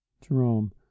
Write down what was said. Jerome